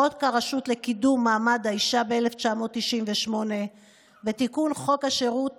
חוק הרשות לקידום מעמד האישה ב-1998 ותיקון חוק שירות